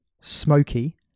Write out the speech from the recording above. smoky